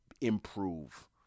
improve